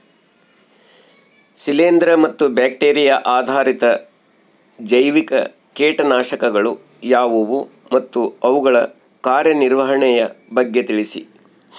ಶಿಲೇಂದ್ರ ಮತ್ತು ಬ್ಯಾಕ್ಟಿರಿಯಾ ಆಧಾರಿತ ಜೈವಿಕ ಕೇಟನಾಶಕಗಳು ಯಾವುವು ಮತ್ತು ಅವುಗಳ ಕಾರ್ಯನಿರ್ವಹಣೆಯ ಬಗ್ಗೆ ತಿಳಿಸಿ?